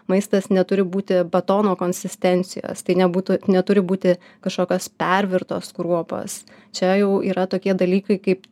maistas neturi būti batono konsistencijos tai nebūtų neturi būti kažkokios pervirtos kruopos čia jau yra tokie dalykai kaip